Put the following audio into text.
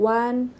one